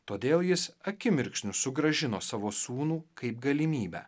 todėl jis akimirksniu sugrąžino savo sūnų kaip galimybę